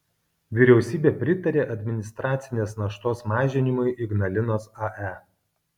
vyriausybė pritarė administracinės naštos mažinimui ignalinos ae